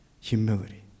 humility